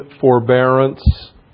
forbearance